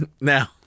Now